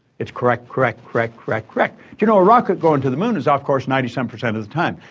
it's correct, correct, correct, correct, correct. you know, a rocket going to the moon is off course ninety seven percent of the time.